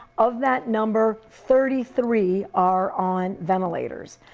of that number, thirty three are on ventilators.